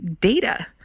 data